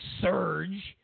surge